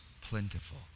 plentiful